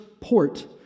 port